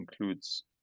includes